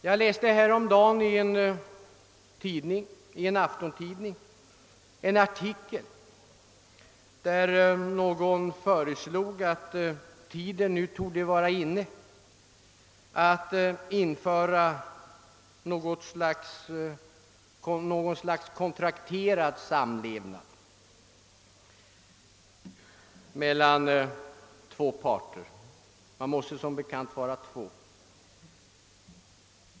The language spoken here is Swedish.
Jag läste häromdagen i en aftontidning en artikel, vari någon hävdade att tiden nu torde vara inne att införa något slags kontrakterad samlevnad mellan två parter; man måste som bekant vara två.